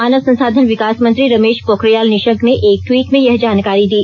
मानव संसाधन विकासमंत्री रमेश पोखरियाल निशंक ने एक ट्वीट में यह जानकारी दी